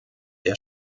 der